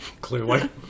Clearly